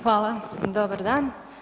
Hvala, dobar dan.